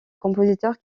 compositeur